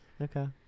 Okay